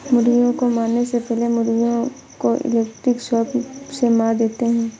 मुर्गियों को मारने से पहले मुर्गियों को इलेक्ट्रिक शॉक से मार देते हैं